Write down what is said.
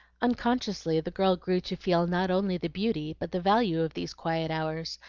unconsciously the girl grew to feel not only the beauty but the value of these quiet hours,